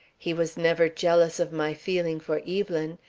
he was never jealous of my feeling for evelyn.